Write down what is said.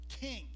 King